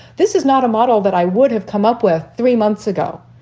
this is not a model that i would have come up with three months ago.